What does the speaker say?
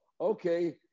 okay